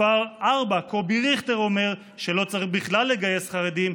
מספר 4 קובי ריכטר אומר שלא צריך בכלל לגייס חרדים.